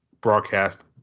broadcast